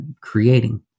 creating